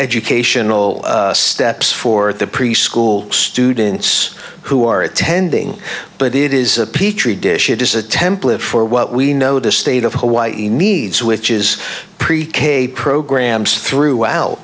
educational steps for the preschool students who are attending but it is a petri dish it is a template for what we know the state of hawaii needs which is pre k programs throughout